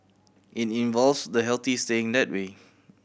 it involves the healthy staying that way